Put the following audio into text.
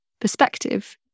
perspective